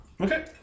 Okay